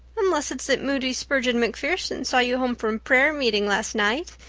unless it's that moody spurgeon macpherson saw you home from prayer meeting last night.